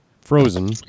Frozen